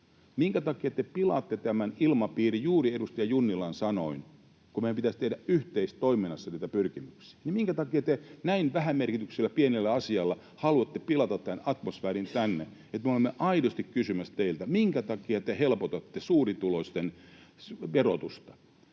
Minkä takia te pilaatte tämän ilmapiirin — juuri edustaja Junnilan sanoin — kun meidän pitäisi tehdä yhteistoiminnassa niitä pyrkimyksiä? Minkä takia te näin vähämerkityksellisellä, pienellä asialla haluatte pilata tämän atmosfäärin täällä? Me olemme aidosti kysymässä teiltä: minkä takia te helpotatte suurituloisten verotusta?